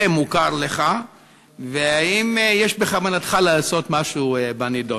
מוכר לך והאם יש בכוונתך לעשות משהו בנדון.